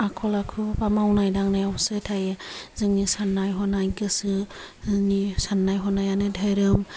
आखल आखु बा मावनाय दांनायावसो थायो जोंनि साननाय हनाय गोसोनि साननाय हनायानो धोरोम